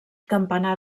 campanar